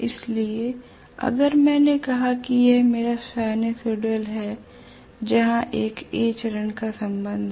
इसलिए अगर मैंने कहा है कि यह मेरी साइनसोइडल तरंग है जहां तक A चरण का संबंध है